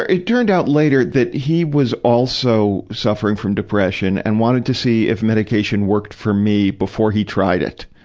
it turned out later that he was also suffering from depression and wanted to see if medication worked for me before he tried it